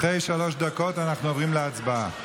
אחרי שלוש דקות אנחנו עוברים להצבעה.